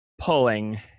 pulling